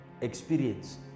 experience